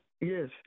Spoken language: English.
Yes